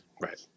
right